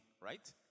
Right